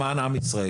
למען עם ישראל.